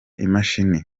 imashini